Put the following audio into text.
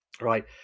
right